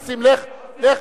נסים, לך, לך,